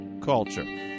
Culture